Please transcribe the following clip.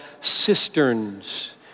cisterns